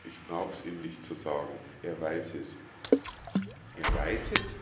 ich brauch's ihm nicht zu sagen er weiß es er weiß es